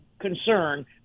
concern